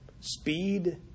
speed